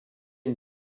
une